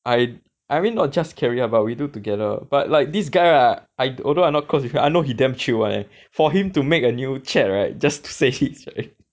I I mean not just carry lah but we do together but like this guy lah I although I not close with him I know he damn chill [one] leh for him to make a new chat right just says it already